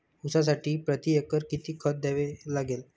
ऊसासाठी प्रतिएकर किती खत द्यावे लागेल?